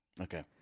okay